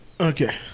Okay